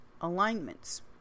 alignments